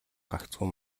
гагцхүү